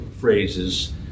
phrases